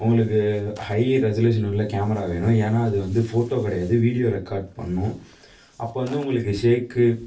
உங்களுக்கு high resolution உள்ள camera வேணும் ஏன்னா அது வந்து போட்டோ கிடையாது வீடியோ ரெகார்ட் பண்ணும் அப்போ வந்து உங்களுக்கு ஷேக்கு